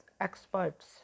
experts